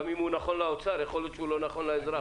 גם אם הוא נכון לאוצר יכול להיות שהוא לא נכון לאזרח.